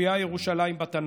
מופיעה ירושלים בתנ"ך.